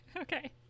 Okay